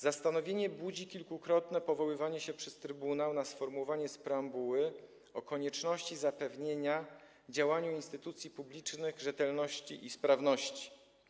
Zastanowienie budzi kilkukrotne powoływanie się przez trybunał na sformułowanie z preambuły o konieczności zapewnienia w przypadku działania instytucji publicznych rzetelności i sprawności.